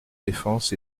défense